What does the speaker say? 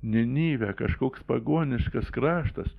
nenive kažkoks pagoniškas kraštas